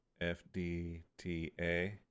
F-D-T-A